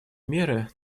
меры